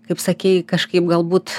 kaip sakei kažkaip galbūt